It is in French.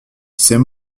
c’est